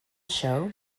show